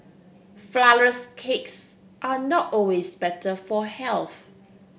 flourless cakes are not always better for health